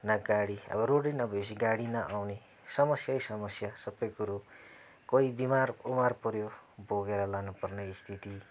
न गाडी अब रोडै नभएपछि गाडी नआउने समस्यै समस्या सबै कुरो कोही बिमार उमार पऱ्यो बोकेर लानुपर्ने स्थिति